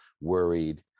worried